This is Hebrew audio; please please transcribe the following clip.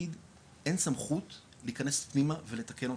לתאגיד אין סמכות להיכנס פנימה ולתקן אותה,